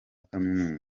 kaminuza